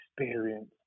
experience